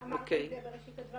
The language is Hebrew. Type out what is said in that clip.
כן, אמרתי את זה בראשית הדברים.